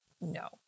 no